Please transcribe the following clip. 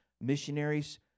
missionaries